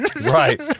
Right